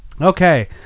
Okay